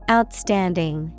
Outstanding